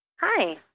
Hi